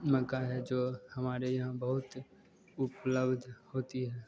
मक्का है जो हमारे यहाँ बहुत उपलब्ध होती है